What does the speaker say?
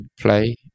play